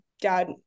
dad